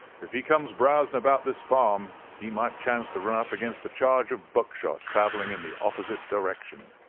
if he comes browsing about this farm, he might chance to run up against a charge of buckshot travelling in the opposite direction.